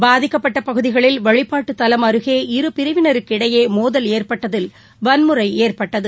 பாதிக்கப்பட்டபகுதிகளில் வழிபாட்டுதலம் அருகே இரு பிரிவினருக்கு இடையேமோதல் ஏற்பட்டதில் வன்முறைஏற்பட்டது